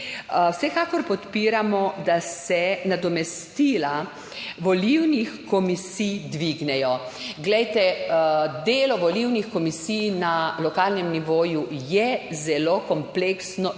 Vsekakor podpiramo, da se nadomestila volilnih komisij dvignejo. Delo volilnih komisij na lokalnem nivoju je zelo kompleksno